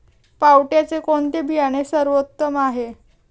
पावट्याचे कोणते बियाणे सर्वोत्तम आहे?